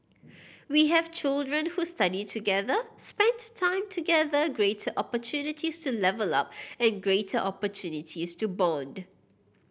we have children who study together spent time together greater opportunities to level up and greater opportunities to bond